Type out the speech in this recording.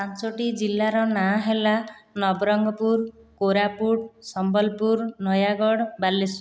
ପାଞ୍ଚୋଟି ଜିଲ୍ଲାର ନାଁ ହେଲା ନବରଙ୍ଗପୁର କୋରାପୁଟ ସମ୍ବଲପୁର ନୟାଗଡ଼ ବାଲେଶ୍ଵର